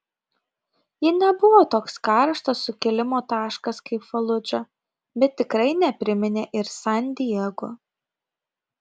ji nebuvo toks karštas sukilimo taškas kaip faludža bet tikrai nepriminė ir san diego